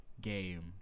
game